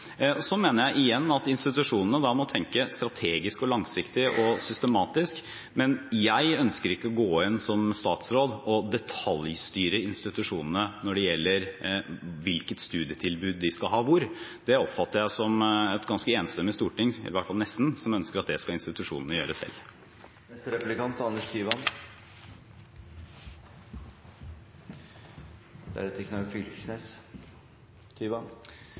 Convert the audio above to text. Og så mener jeg igjen at institusjonene da må tenke strategisk, langsiktig og systematisk. Men jeg ønsker ikke som statsråd å gå inn og detaljstyre institusjonene når det gjelder hvilket studietilbud de skal ha hvor. Det oppfatter jeg at et ganske enstemmig storting, i hvert fall nesten, ønsker at det skal institusjonene gjøre selv.